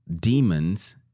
demons